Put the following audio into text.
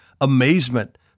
amazement